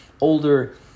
older